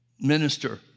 minister